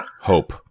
Hope